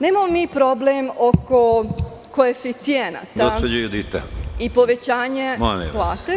Nemamo mi problem oko koeficijenata i povećanja plata.